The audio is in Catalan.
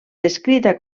descrita